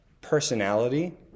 personality